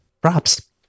Props